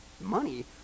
money